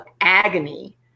agony